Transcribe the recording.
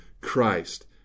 Christ